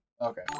Okay